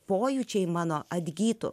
pojūčiai mano atgytų